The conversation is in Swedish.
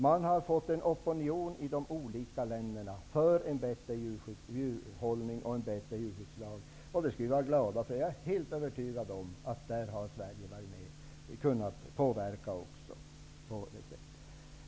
Man har åstadkommit en opinion i de olika länderna för en bättre djurhållning och en bättre djurskyddslag. Det skall vi vara glada över. Jag är helt övertygad om att Sverige har påverkat i det avseendet.